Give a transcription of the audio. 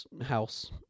house